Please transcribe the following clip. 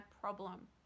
problem